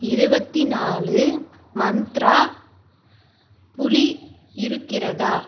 இருபத்தி நாலு மந்த்ரா புளி இருக்கிறதா